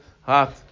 hot